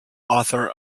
author